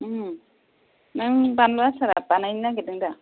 उम नों बानलु आसारा बानायनो नागेरदों दा